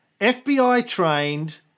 FBI-trained